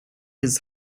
his